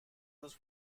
روز